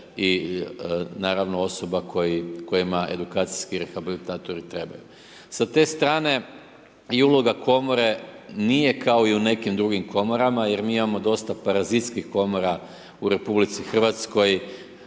i naravno osoba kojima edukacijski rehabilitatori trebaju. Sa te strane i uloga komore nije kao i u nekim drugim komorama jer mi imamo dosta parazitskih komora u RH, komore